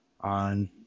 on